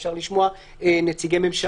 אפשר לשמוע נציגי ממשלה.